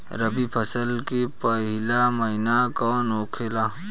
रबी फसल के पहिला महिना कौन होखे ला?